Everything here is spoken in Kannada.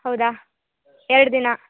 ಹೌದಾ ಎರಡು ದಿನ